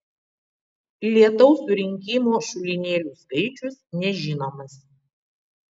lietaus surinkimo šulinėlių skaičius nežinomas